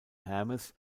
hermes